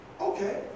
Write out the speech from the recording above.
Okay